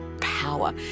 power